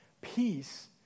peace